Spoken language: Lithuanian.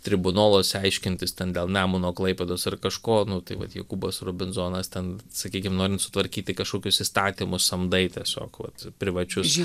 tribunoluose aiškintis ten dėl nemuno klaipėdos ar kažko nu tai vat jokūbas robinzonas ten sakykim norint sutvarkyti kažkokius įstatymus samdai tiesiog vat privačius